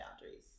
boundaries